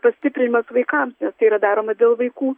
pastiprinimas vaikams nes tai yra daroma dėl vaikų